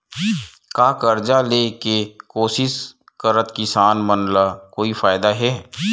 का कर्जा ले के कोशिश करात किसान मन ला कोई फायदा हे?